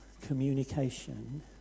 communication